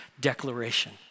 declaration